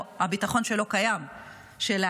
או הביטחון שלא קיים שלנו,